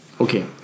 Okay